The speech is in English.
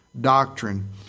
doctrine